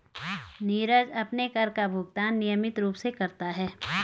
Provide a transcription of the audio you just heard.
नीरज अपने कर का भुगतान नियमित रूप से करता है